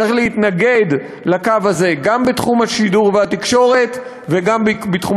צריך להתנגד לקו הזה גם בתחום השידור והתקשורת וגם בתחום